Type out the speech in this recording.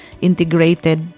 integrated